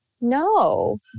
No